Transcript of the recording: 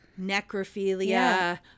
Necrophilia